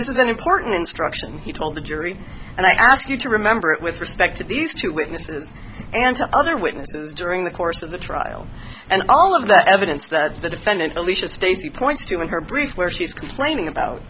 this is an important instruction he told the jury and i ask you to remember it with respect to these two witnesses and to other witnesses during the course of the trial and all of that evidence that the defendant only just a few points to her brief where she's complaining about